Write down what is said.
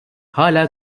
hala